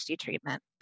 treatment